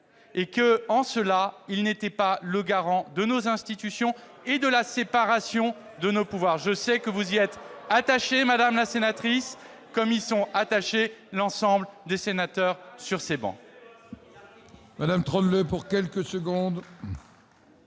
et qu'en cela il n'était pas le garant de nos institutions et de la séparation des pouvoirs auxquelles, je le sais, vous êtes attachée, madame la sénatrice, comme y sont attachés l'ensemble des sénateurs sur ces travées.